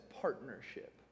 partnership